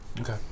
Okay